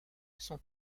sont